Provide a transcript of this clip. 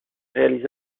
réalisé